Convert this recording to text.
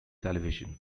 television